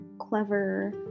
clever